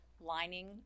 lining